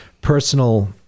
personal